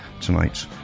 tonight